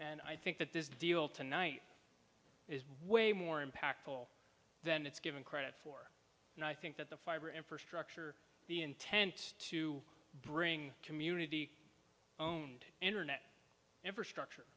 and i think that this deal tonight is way more impactful than it's given credit for and i think that the fiber infrastructure the intent to bring community owned internet infrastructure